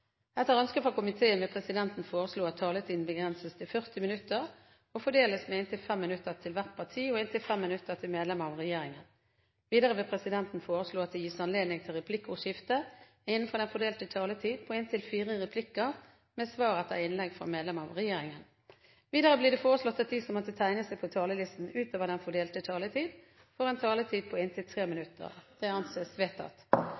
Etter ønske fra kommunal- og forvaltningskomiteen vil presidenten foreslå at taletiden begrenses til 40 minutter og fordeles med inntil 5 minutter til hvert parti og inntil 5 minutter til medlem av regjeringen. Videre vil presidenten foreslå at det gis anledning til replikkordskifte på inntil fire replikker med svar etter innlegg fra medlem av regjeringen innenfor den fordelte taletid. Videre blir det foreslått at de som måtte tegne seg på talerlisten utover den fordelte taletid, får en taletid på inntil 3 minutter. – Det anses vedtatt.